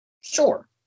sure